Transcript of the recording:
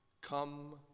come